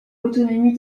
l’autonomie